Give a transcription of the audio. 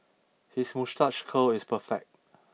his moustache curl is perfect